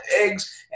eggs